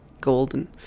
golden